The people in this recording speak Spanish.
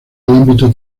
ámbito